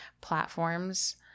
platforms